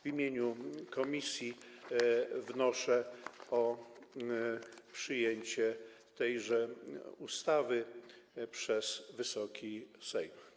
W imieniu komisji wnoszę o przyjęcie tego projektu ustawy przez Wysoki Sejm.